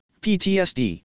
PTSD